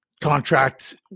contract